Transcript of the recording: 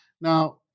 Now